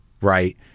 right